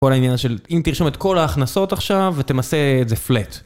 פה על העניין של אם תרשום את כל ההכנסות עכשיו ותמסה את זה פלאט